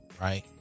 right